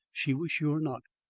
she was sure not.